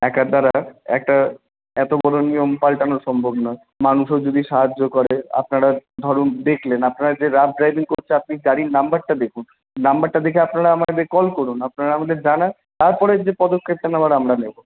একার দ্বারা একটা এতো বড়ো নিয়ম পালটানো সম্ভব নয় মানুষও যদি সাহায্য করে আপনারা ধরুন দেখলেন আপনারা যে রাফ ড্রাইভিং করছে আপনি গাড়ির নাম্বারটা দেখুন নাম্বারটা দেখে আপনারা আমাদের কল করুন আপনারা আমাদের জানান তারপরের যে পদক্ষেপটা নেওয়ার আমরা নেবো